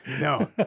No